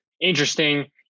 interesting